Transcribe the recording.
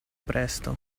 presto